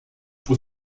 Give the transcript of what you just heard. por